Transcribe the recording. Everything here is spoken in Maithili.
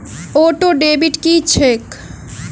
ऑटोडेबिट की छैक?